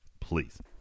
Please